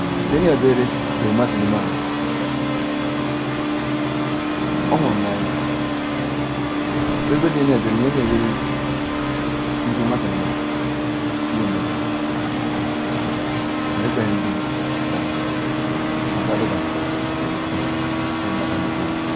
nderiye berere nye mema sinama ohuram nu aya mezebede nyeriga berere nye rye barere myazinema nye neja berere nya zinama nmikpe dam zanuka ogbahganu ke motu